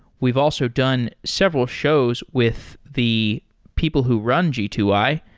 we've also done several shows with the people who run g two i,